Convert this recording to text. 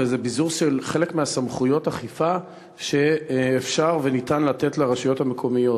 וזה ביזור של חלק מסמכויות האכיפה שאפשר וניתן לתת לרשויות המקומיות.